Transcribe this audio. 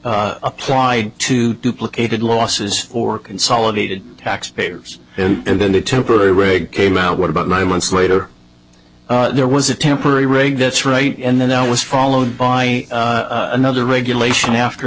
that apply to duplicated losses or consolidated taxpayers and then the temporary reg came out what about nine months later there was a temporary reg that's right and then that was followed by another regulation after